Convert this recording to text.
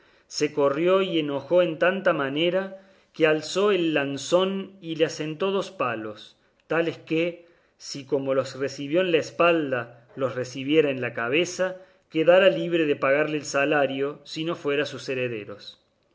se corrió y enojó en tanta manera que alzó el lanzón y le asentó dos palos tales que si como los recibió en las espaldas los recibiera en la cabeza quedara libre de pagarle el salario si no fuera a sus herederos